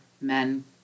men